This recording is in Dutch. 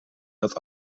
dat